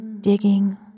digging